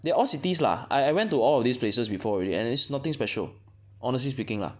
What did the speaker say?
they are all cities lah I I went to all of these places before already and it's nothing special honestly speaking lah